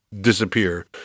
disappear